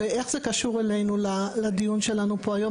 ואיך זה קשור אלינו לדיון שלנו פה היום?